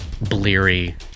bleary